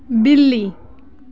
ਬਿੱਲੀ